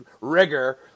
rigor